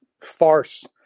farce